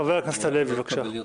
חבר הכנסת הלוי, בבקשה.